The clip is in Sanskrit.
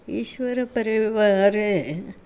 ईश्वरपरिवारे